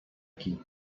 qui